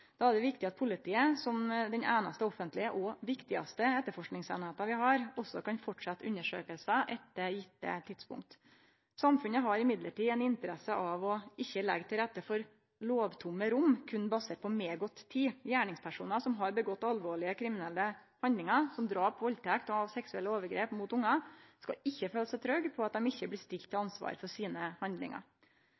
er det viktig at politiet – som den einaste offentlege, og viktigaste, etterforskingseininga vi har – også kan fortsetje undersøkingar etter gjevne tidspunkt. Samfunnet har òg ei interesse av å ikkje leggje til rette for lovtomme rom, berre basert på medgått tid. Gjerningspersonar som har gjort alvorlege kriminelle handlingar, som drap, valdtekt og seksuelle overgrep mot ungar, skal ikkje føle seg trygge på at dei ikkje blir stilte til